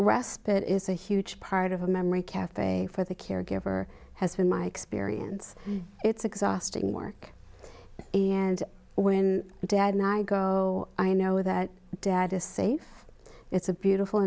respite is a huge part of a memory cafe for the caregiver has been my experience it's exhausting work and when dad and i go i know that dad is safe it's a beautiful